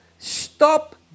Stop